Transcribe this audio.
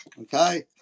okay